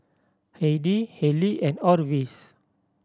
Heidy Halie and Orvis